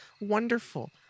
Wonderful